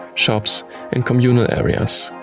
shops and communal areas.